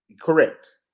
Correct